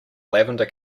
lavender